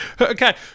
Okay